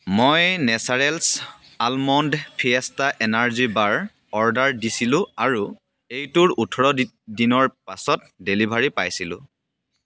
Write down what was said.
মই Naturals almond fiesta energy bar order দিছিলোঁ আৰু এইটোৰ ওঠৰ দিন দিনৰ পাছত ডেলিভাৰী পাইছিলোঁ